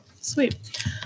Sweet